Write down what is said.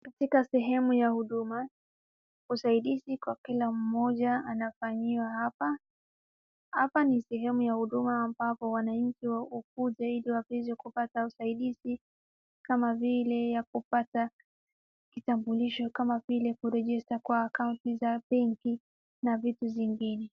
Katika sehemu ya huduma, usaidizi kwa kila mmoja anafanyiwa hapa. Hapa ni sehemu ya huduma ambapo wananchi hukuja ili wapate usaidizi kama vile ya kupata kitambulisho, kama vile kurejista kwa akaunti za benki na vitu zingine.